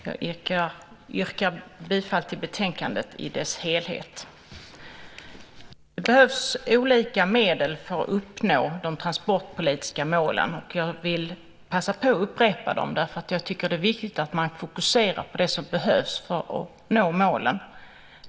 Fru talman! Jag yrkar bifall till förslaget i betänkandet. Det behövs olika medel för att uppnå de transportpolitiska målen. Jag vill passa på att upprepa dem därför att jag tycker att det är viktigt att fokusera på det som behövs för att nå målen.